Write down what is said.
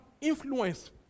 influence